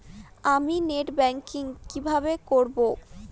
আমি net banking কিভাবে করব?